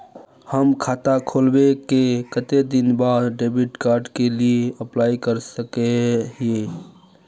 हम खाता खोलबे के कते दिन बाद डेबिड कार्ड के लिए अप्लाई कर सके हिये?